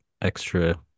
extra